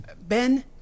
Ben